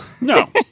No